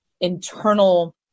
internal